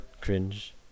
Cringe